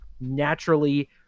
naturally